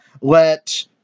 let